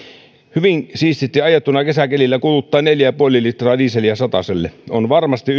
hyvin siististi ajettuna kesäkelillä kuluttaa neljä pilkku viisi litraa dieseliä satasella on varmasti